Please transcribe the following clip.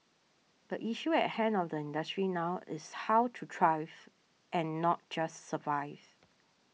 the issue at hand of the industry now is how to thrive and not just survive